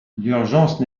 l’urgence